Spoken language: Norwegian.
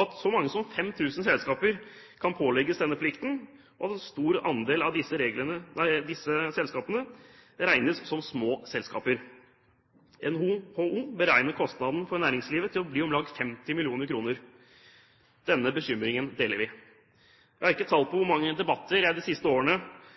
at så mange som 5 000 selskaper kan pålegges denne plikten, og at en stor andel av disse selskapene regnes som små selskaper. NHO beregner kostnaden for næringslivet til å bli om lag 50 mill. kr. Denne bekymringen deler vi. Jeg har ikke tall på hvor mange debatter jeg de siste årene